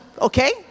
okay